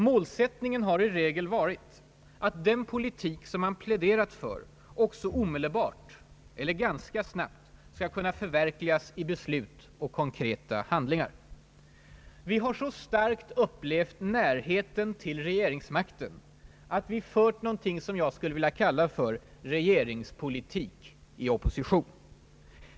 Målsättningen har i regel varit att den politik som man pläderat för också omedelbart eller ganska snabbt skall kunna förverkligas i beslut och konkreta handlingar. Vi har så starkt upplevt närheten till regeringsmakten att vi fört någonting som jag skulle vilja kalla för regeringspolitik i opposition.